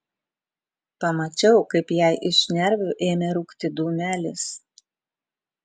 pamačiau kaip jai iš šnervių ėmė rūkti dūmelis